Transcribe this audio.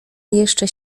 jeszcze